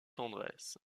tendresse